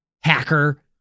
hacker